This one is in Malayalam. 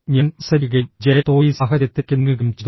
ഞാൻ മത്സരിക്കുകയും ജയ തോൽവി സാഹചര്യത്തിലേക്ക് നീങ്ങുകയും ചെയ്തോ